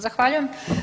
Zahvaljujem.